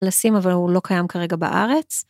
לשים אבל הוא לא קיים כרגע בארץ.